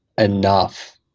enough